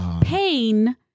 Pain